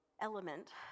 element